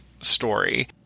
story